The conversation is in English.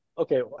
Okay